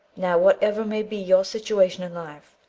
now, whatever may be your situation in life,